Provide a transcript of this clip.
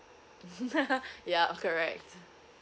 ya correct